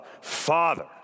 father